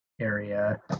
area